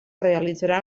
realitzarà